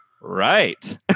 Right